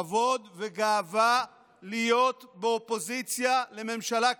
כבוד וגאווה להיות באופוזיציה בממשלה כזאת.